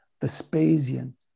Vespasian